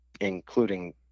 including